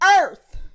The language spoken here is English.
earth